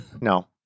No